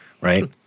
Right